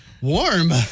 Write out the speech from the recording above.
Warm